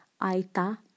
Aita